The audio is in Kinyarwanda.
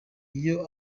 iyo